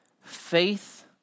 faith